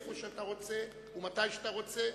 איפה שאתה רוצה ומתי שאתה רוצה.